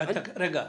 רגע,